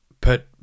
put